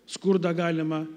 skurdą galimą